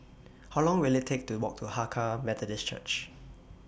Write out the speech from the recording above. How Long Will IT Take to Walk to Hakka Methodist Church